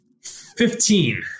Fifteen